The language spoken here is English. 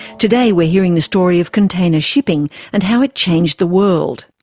today we are hearing the story of container shipping and how it changed the world.